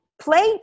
play